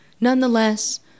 Nonetheless